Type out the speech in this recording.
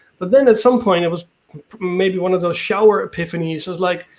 but then at some point it was maybe one of those shower epiphanies. it's like,